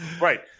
Right